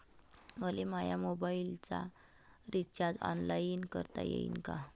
मले माया मोबाईलचा रिचार्ज ऑनलाईन करता येईन का?